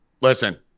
listen